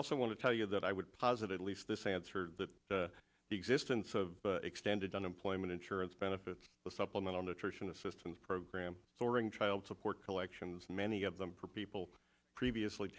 also want to tell you that i would posit at least this answered the existence of extended unemployment insurance benefits the supplemental nutrition assistance program soaring child support collections many of them for people previously